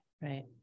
Right